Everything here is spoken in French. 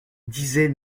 disait